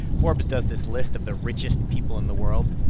forbes does this list of the richest people in the world,